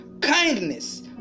kindness